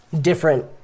different